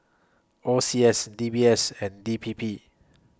O C S D B S and D P P